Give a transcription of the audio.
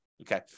Okay